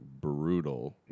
brutal